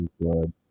Blood